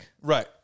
Right